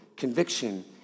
conviction